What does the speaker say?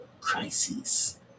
crises